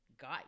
got